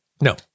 No